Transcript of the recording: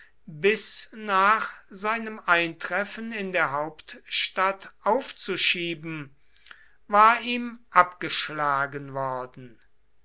bis nach seinem eintreffen in der hauptstadt aufzuschieben war ihm abgeschlagen worden